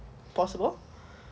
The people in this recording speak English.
possible